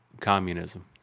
communism